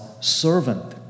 servant